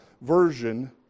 version